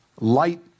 light